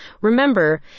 Remember